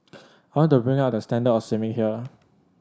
want to bring up the standard of swimming here